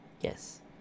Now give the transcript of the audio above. Yes